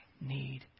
need